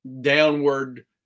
downward